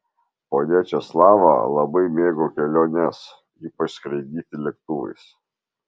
ponia česlava labai mėgo keliones ypač skraidyti lėktuvais